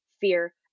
fear